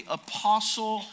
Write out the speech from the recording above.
apostle